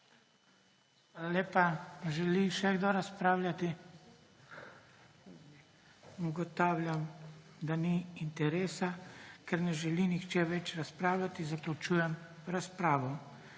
lepa. Želi še kdo razpravljati? (Ne.) Ugotavljam, da ni interesa. Ker ne želi nihče več razpravljati, zaključujem razpravo.